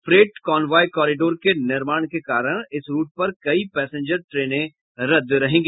freight convoy corridor के निर्माण के कारण इस रूट पर कई पेसेंजर ट्रेने रद्द रहेगी